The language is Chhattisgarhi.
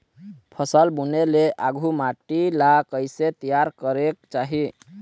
फसल बुने ले आघु माटी ला कइसे तियार करेक चाही?